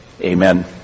Amen